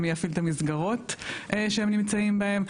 זה מי יפעיל את המסגרות שהם נמצאים בהם,